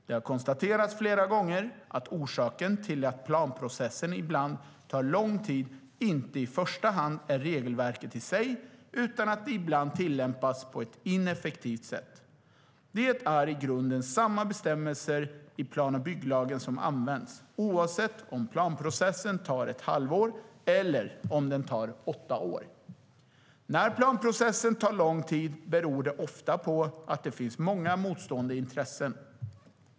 Det har konstaterats flera gånger att orsaken till att planprocessen ibland tar lång tid inte i första hand är regelverket i sig utan att det ibland tillämpas på ett ineffektivt sätt. Det är i grunden samma bestämmelser i plan och bygglagen som används, oavsett om planprocessen tar ett halvår eller om den tar åtta år. När planprocessen tar lång tid beror det ofta på att det finns många motstående intressen.